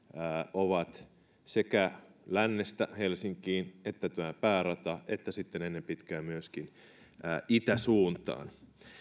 ovat sekä lännestä helsinkiin että tämä päärata ja sitten ennen pitkää myöskin rata itäsuuntaan